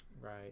Right